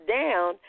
down